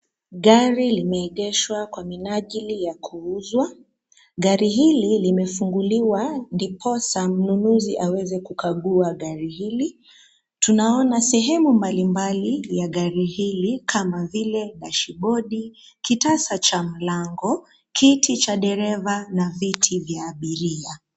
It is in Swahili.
Gari limeegeshwa kwa minajili ya kuuzwa. Gari hili limefunguliwa ndiposa mnunuzi aweze kukagua gari hili. Tunaona sehemu mbalimbali ya gari hili, kama vile dashibodi, kitasa cha mlango , kiti cha dereva na viti vya abiria.